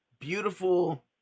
beautiful